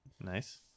Nice